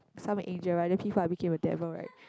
some angel right then P-four I became a devil right